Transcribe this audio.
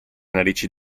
narici